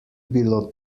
bilo